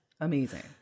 Amazing